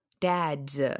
Dads